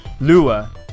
Lua